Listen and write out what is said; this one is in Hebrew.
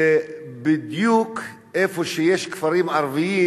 שבדיוק איפה שיש כפרים ערביים,